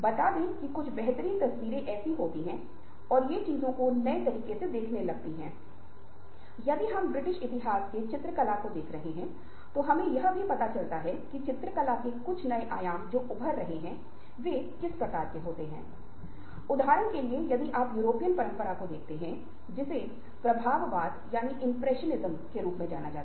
वास्तव में इस तरह की बातचीत का व्यवहार बहुत बचपन से शुरू होता है जब हम एक छोटे बच्चे होते हैं तो हम भी बातचीत कर रहे हैं आपको पता है कि माता पिता अपने बच्चों के साथ बातचीत कर रहे हैं कि आप ऐसा करते हैं और फिर मैं आपके लिए यह करूंगा उदाहरण के लिए अगर आपके गृह समनुदेशन घर का काम पूरा करते हैं और फिर आपको किसी प्रकार का कुछ उपहार या चॉकलेट दिया जाएगा या आउटिंग के लिए ले जाना होगा